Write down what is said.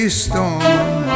storm